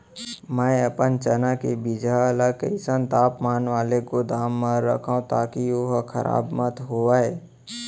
मैं अपन चना के बीजहा ल कइसन तापमान वाले गोदाम म रखव ताकि ओहा खराब मत होवय?